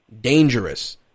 dangerous